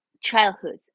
childhood